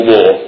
War